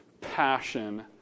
passion